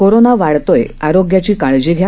corona वाढतोय आरोग्याची काळजी घ्या